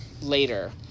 later